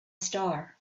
star